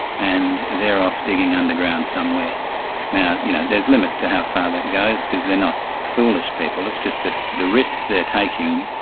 and they're off digging underground somewhere. now, you know, there's limits to how far that goes, because they're not foolish people, it's just that the risks they're taking,